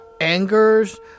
angers